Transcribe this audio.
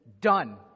Done